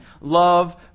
love